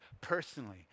personally